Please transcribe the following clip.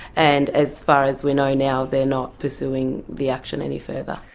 and as far as we know now they are not pursuing the action any further.